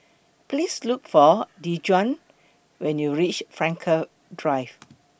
Please Look For Dejuan when YOU REACH Frankel Drive